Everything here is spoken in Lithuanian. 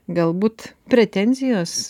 galbūt pretenzijos